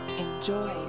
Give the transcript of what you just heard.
Enjoy